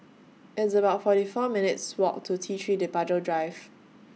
It's about forty four minutes' Walk to T three Departure Drive